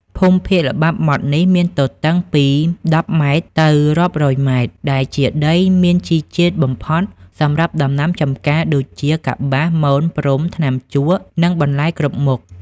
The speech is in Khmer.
ភូមិភាគល្បាប់ម៉ត់នេះមានទទឹងពី ១០ ម៉ែត្រ ទៅរាប់រយម៉ែត្រ ដែលជាដីមានជីជាតិបំផុតសម្រាប់ដំណាំចំការ ដូចជាកប្បាស មន ព្រំ ថ្នាំជក់ និងបន្លែគ្រប់មុខ។